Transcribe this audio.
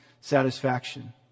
satisfaction